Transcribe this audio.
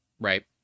right